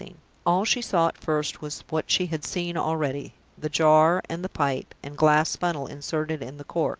all she saw at first was what she had seen already the jar, and the pipe and glass funnel inserted in the cork.